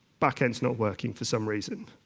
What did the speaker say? back-end isn't working for some reason.